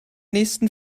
nächsten